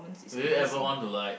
will you ever want to like